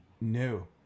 No